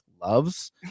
loves